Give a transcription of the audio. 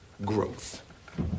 growth